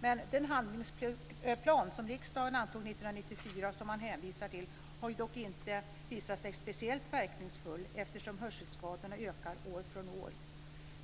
Men den handlingsplan som riksdagen antog 1994, och som man hänvisar till, har dock inte visat sig speciellt verkningsfull, eftersom hörselskadorna ökar år från år.